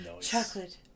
Chocolate